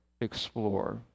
explore